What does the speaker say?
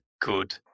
good